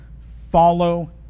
Follow